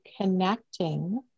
connecting